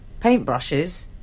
paintbrushes